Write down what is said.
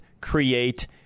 create